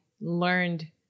learned